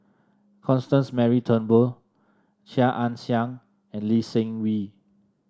Constance Mary Turnbull Chia Ann Siang and Lee Seng Wee